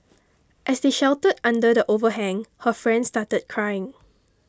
as they sheltered under the overhang her friend started crying